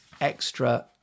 extra